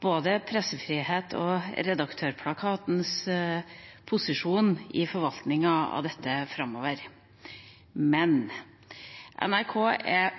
av dette framover. NRK